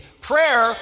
Prayer